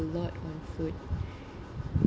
a lot on food